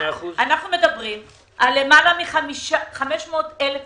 אנחנו מדברים על למעלה מ-500,000 עובדים.